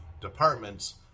departments